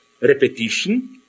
repetition